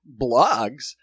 blogs